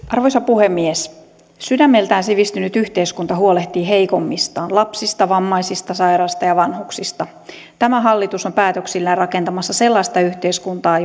arvoisa puhemies sydämeltään sivistynyt yhteiskunta huolehtii heikommistaan lapsista vammaisista sairaista ja vanhuksista tämä hallitus on päätöksillään rakentamassa sellaista yhteiskuntaa